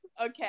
Okay